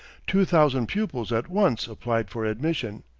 two thousand pupils at once applied for admission.